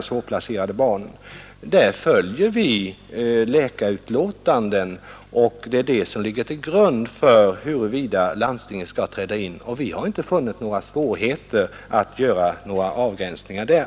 I sådana ärenden följer vi läkarutlåtanden, som ligger till grund för huruvida landstingen skall träda in, och vi har inte funnit svårigheter att göra avgränsningar.